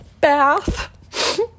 bath